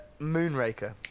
Moonraker